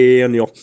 Daniel